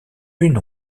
une